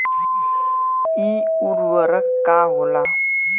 इ उर्वरक का होला?